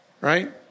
right